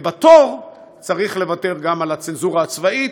ובַתור, צריך לוותר גם על הצנזורה הצבאית.